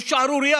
זו שערורייה,